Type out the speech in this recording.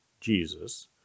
jesus